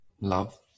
Love